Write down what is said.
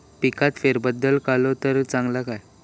पिकात फेरबदल केलो तर चालत काय?